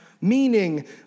Meaning